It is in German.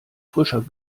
frischer